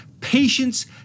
patience